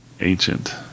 Ancient